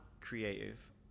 creative